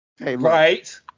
Right